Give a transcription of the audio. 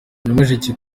nyamasheke